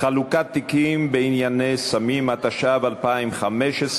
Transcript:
(חלוקת תיקים בענייני סמים), התשע"ו 2015,